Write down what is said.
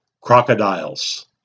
crocodiles